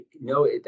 No